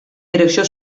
direcció